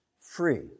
free